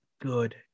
good